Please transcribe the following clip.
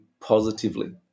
positively